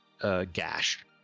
gash